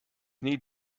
need